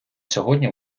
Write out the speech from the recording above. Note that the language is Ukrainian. сьогодні